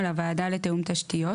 על הוועדה לתיאום תשתיות,